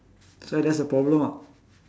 that's why that's a problem ah